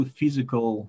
physical